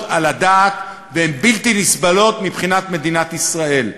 על הדעת והן בלתי נסבלות מבחינת מדינת ישראל.